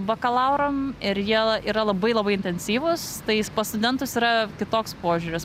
bakalauram ir jie yra labai labai intensyvūs tais pas studentus yra kitoks požiūris